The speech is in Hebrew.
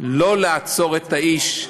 לא לעצור את האיש,